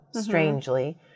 Strangely